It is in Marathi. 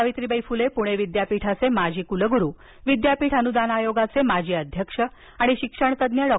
सावित्रीबाई फुले पुणे विद्यापीठाचे माजी कुलगुरू विद्यापीठ अनुदान आयोगाचे माजी अध्यक्ष आणि शिक्षणतज्ञ डॉ